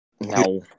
No